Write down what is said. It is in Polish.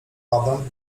adam